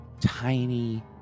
tiny